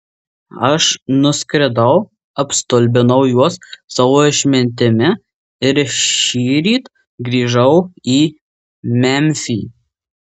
aš nuskridau apstulbinau juos savo išmintimi ir šįryt grįžau į memfį